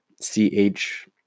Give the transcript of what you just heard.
C-H